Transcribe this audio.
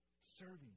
Serving